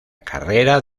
carrera